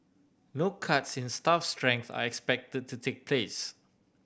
no cuts in staff strength are expected to take place